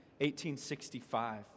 1865